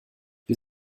wir